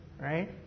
right